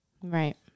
Right